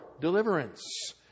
deliverance